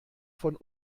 von